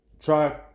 try